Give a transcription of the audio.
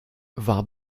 war